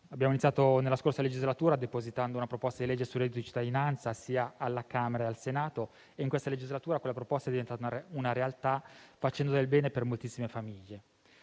Abbiamo iniziato nella scorsa legislatura, depositando una proposta di legge sul reddito di cittadinanza, sia alla Camera dei deputati, sia al Senato, e in questa legislatura tale proposta è diventata realtà, facendo del bene per moltissime famiglie.